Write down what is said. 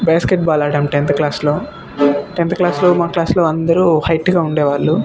basket ball ఆడాము tenth క్లాస్లో tenth క్లాస్లో మా క్లాస్లో అందరు హైట్గా ఉండేవాళ్ళు